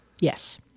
Yes